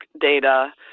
data